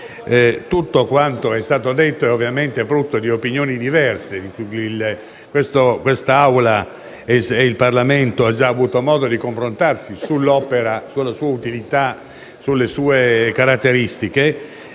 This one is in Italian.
Tutto ciò che è stato detto è ovviamente frutto di opinioni diverse. Questa Assemblea e tutto il Parlamento hanno avuto modo di confrontarsi sull'opera, sulla sua utilità e sulle sue caratteristiche